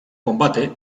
combate